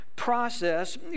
process